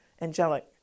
angelic